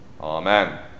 Amen